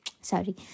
sorry